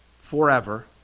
forever